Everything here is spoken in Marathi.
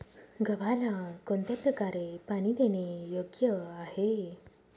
गव्हाला कोणत्या प्रकारे पाणी देणे योग्य आहे?